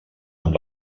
amb